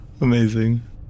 amazing